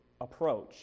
approach